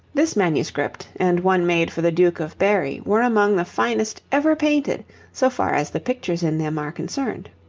this manuscript and one made for the duke of berry were among the finest ever painted so far as the pictures in them are concerned.